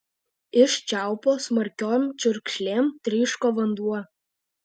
iš čiaupo smarkiom čiurkšlėm tryško vanduo